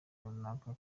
runaka